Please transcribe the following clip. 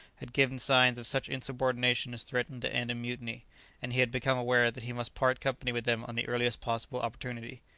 had given signs of such insubordination as threatened to end in mutiny and he had become aware that he must part company with them on the earliest possible opportunity.